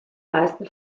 meisten